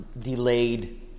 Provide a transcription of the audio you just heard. delayed